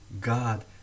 God